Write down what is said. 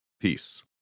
Peace